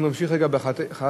אנחנו נמשיך רגע ב-1951,